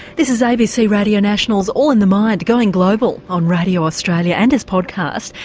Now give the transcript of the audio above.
this is abc radio national's all in the mind going global on radio australia and as podcast,